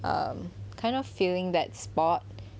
um kind of feeling that spot